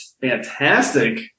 fantastic